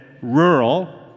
rural